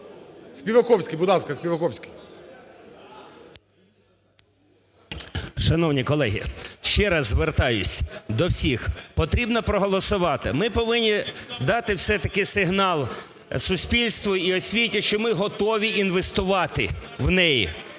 Шановні колеги, ще раз звертаюсь до всіх, потрібно проголосувати. Ми повинні дати все-таки сигнал суспільству і освіті, що ми готові інвестувати в неї.